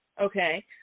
Okay